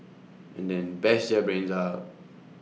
and then bash their brains out